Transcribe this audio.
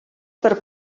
per